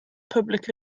public